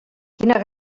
quina